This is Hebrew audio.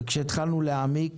כשהתחלנו להעמיק,